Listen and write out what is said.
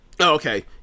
Okay